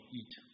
eat